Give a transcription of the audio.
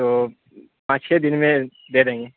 تو پانچ چھ دن میں دے دیں گے